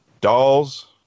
Dolls